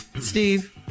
Steve